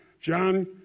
John